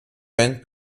band